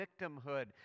victimhood